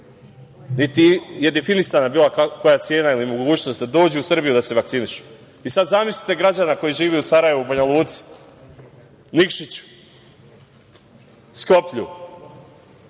niti je definisana bila koja cena ili mogućnost da dođu u Srbiju da se vakcinišu. I, sada, zamislite građanina koji žive u Sarajevu, u Banjaluci, Nikšiću, Skoplju,